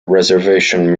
reservation